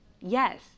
Yes